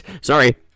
sorry